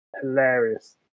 hilarious